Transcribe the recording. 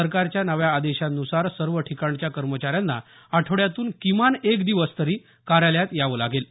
सरकारच्या नव्या आदेशान्सार सर्व ठिकाणच्या कर्मचाऱ्यांना आठवड्यातून किमान एक दिवस तरी कार्यालयात यावे लागेल